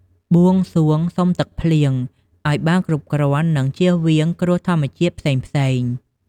បួងសួងសុំទឹកភ្លៀង ឱ្យបានគ្រប់គ្រាន់ និងជៀសវាងគ្រោះធម្មជាតិផ្សេងៗ។